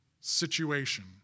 situation